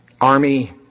army